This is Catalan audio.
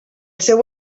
seu